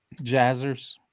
Jazzers